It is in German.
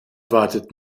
wartet